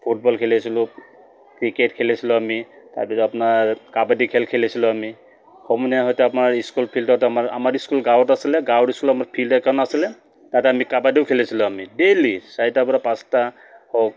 football খেলিছিলোঁ cricket খেলিছিলোঁ আমি তাৰপিছত আপোনাৰ কাবাডী খেল খেলিছিলোঁ আমি সমনীয়া হয়তো আমাৰ স্কুল ফিল্ডত আমাৰ আমাৰ স্কুল গাঁৱত আছিলে গাঁৱৰ স্কুলত আমাৰ ফিল্ড এখন আছিলে তাতে আমি কাবাডীও খেলিছিলোঁ আমি ডেইলি চাৰিটাৰপৰা পাঁচটা হওক